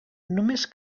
només